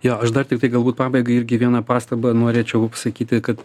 jo aš dar tiktai galbūt pabaigai irgi vieną pastabą norėčiau pasakyti kad